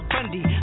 Bundy